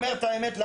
אני אומר את האמת.